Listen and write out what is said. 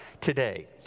today